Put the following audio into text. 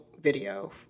video